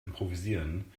improvisieren